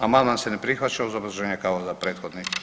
Amandman se ne prihvaća uz obrazloženje kao za prethodni.